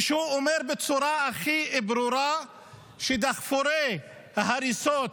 ושהוא אומר בצורה הכי ברורה שדחפורי ההריסות,